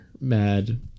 mad